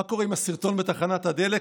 מה קורה עם הסרטון בתחנת הדלק?